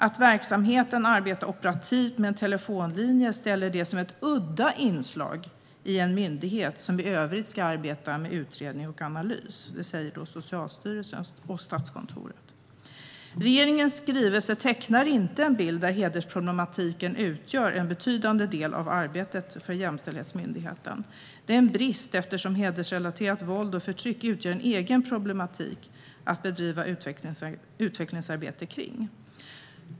Att verksamheten arbetar operativt med en telefonlinje kan bli ett udda inslag i en myndighet som i övrigt ska arbeta med utredning och analys. Det säger Socialstyrelsen och Statskontoret. Regeringens skrivelse tecknar inte en bild där hedersproblematiken utgör en betydande del av arbetet för jämställdhetsmyndigheten. Det är en brist, eftersom hedersrelaterat våld och förtryck utgör en egen problematik att bedriva utvecklingsarbete kring.